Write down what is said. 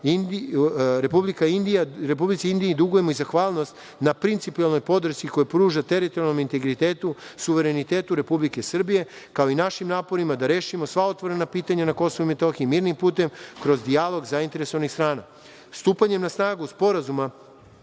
Republici Indiji dugujemo zahvalnost na principijelnoj podršci koju pruža teritorijalnom integritetu i suverenitetu Republike Srbije, kao i našim naporima da rešimo sva otvorena pitanja na KiM mirnim putem kroz dijalog zainteresovanih strana. Stupanjem na snagu Sporazuma